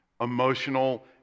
emotional